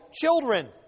children